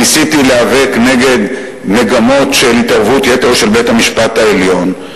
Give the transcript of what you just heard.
ניסיתי להיאבק נגד מגמות של התערבות יתר של בית-המשפט העליון,